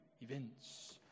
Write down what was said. Events